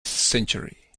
century